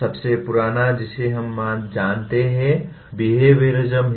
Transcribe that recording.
सबसे पुराना जिसे हम जानते हैं वह बेहविओरिसम है